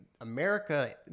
America